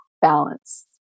balance